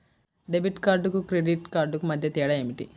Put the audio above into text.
Debit కార్డుకు credit credit కార్డుకు మధ్య తేడా ఏమిటీ?